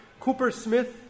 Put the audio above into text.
Coopersmith